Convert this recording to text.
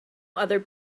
other